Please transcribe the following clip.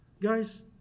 Guys